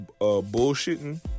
bullshitting